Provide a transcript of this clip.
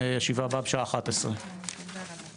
הישיבה הבאה בשעה 11:00. הישיבה ננעלה בשעה